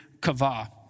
Kava